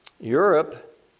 Europe